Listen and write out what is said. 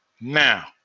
now